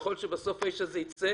יכול להיות שבסוף האיש הזה יצא